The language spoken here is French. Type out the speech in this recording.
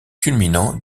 culminant